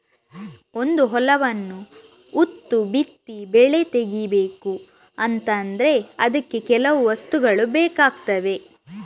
ಒಂದು ಹೊಲವನ್ನ ಉತ್ತು ಬಿತ್ತಿ ಬೆಳೆ ತೆಗೀಬೇಕು ಅಂತ ಆದ್ರೆ ಅದಕ್ಕೆ ಕೆಲವು ವಸ್ತುಗಳು ಬೇಕಾಗ್ತವೆ